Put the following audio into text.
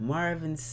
Marvin